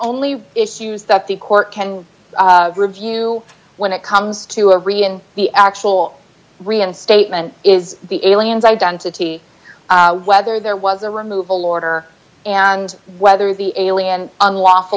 only issues that the court can review when it comes to a region the actual reinstatement is the aliens identity whether there was a removal order and whether the alien unlawful